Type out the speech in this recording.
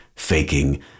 Faking